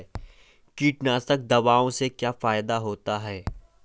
कीटनाशक दवाओं से क्या फायदा होता है?